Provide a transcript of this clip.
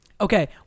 Okay